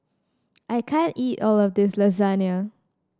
I can't eat all of this Lasagne